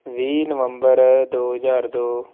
ਵੀਹ ਨਵੰਬਰ ਦੋ ਹਜ਼ਾਰ ਦੋ